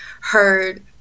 heard